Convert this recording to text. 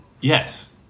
Yes